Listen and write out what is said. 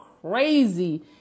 crazy